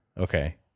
okay